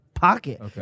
Pocket